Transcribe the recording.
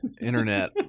internet